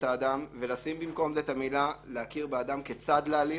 האדם" ולשים במקום זה את המילה "להכיר באדם כצד להליך".